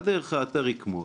בדרך האתר יקמול,